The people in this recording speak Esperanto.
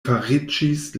fariĝis